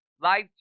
life